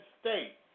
state